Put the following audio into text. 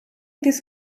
this